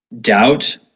doubt